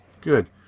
good